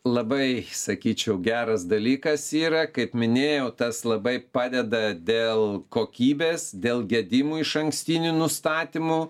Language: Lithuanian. labai sakyčiau geras dalykas yra kaip minėjau tas labai padeda dėl kokybės dėl gedimų išankstinių nustatymų